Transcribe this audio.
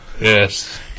Yes